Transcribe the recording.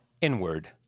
inward